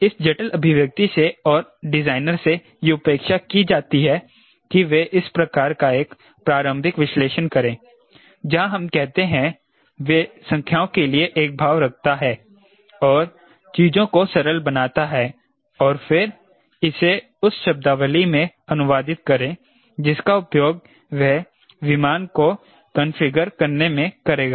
इस जटिल अभिव्यक्ति से और डिजाइनर से यह अपेक्षा की जाती है कि वह इस प्रकार का एक प्रारंभिक विश्लेषण करे जहां हम कहते हैं वह संख्याओं के लिए एक भाव रखता है और चीजों को सरल बनाता है और फिर इसे उस शब्दावली में अनुवादित करें जिसका उपयोग वह विमान को कन्फिगर करने में करेगा